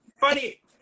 funny